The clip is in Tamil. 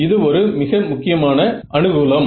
இது ஒரு மிக முக்கியமான அனுகூலம்